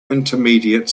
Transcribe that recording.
intermediate